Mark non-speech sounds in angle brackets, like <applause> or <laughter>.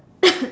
<coughs>